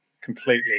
completely